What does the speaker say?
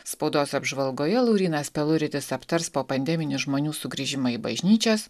spaudos apžvalgoje laurynas peluritis aptars povandeninį žmonių sugrįžimą į bažnyčias